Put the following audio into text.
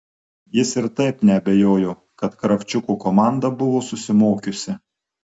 jis ir taip neabejojo kad kravčiuko komanda buvo susimokiusi